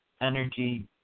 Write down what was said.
energy